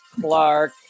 clark